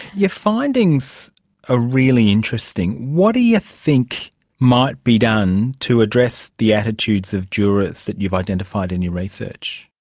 your findings are really interesting. what do you think might be done to address the attitudes of jurors that you've identified in your research?